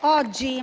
Oggi,